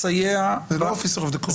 לסייע --- זה לא officer of the court,